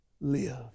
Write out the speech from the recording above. live